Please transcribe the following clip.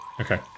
Okay